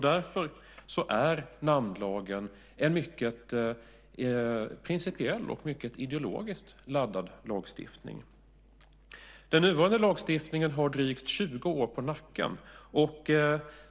Därför är namnlagen en principiellt och ideologiskt laddad lagstiftning. Den nuvarande lagstiftningen har drygt 20 år på nacken.